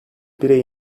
bire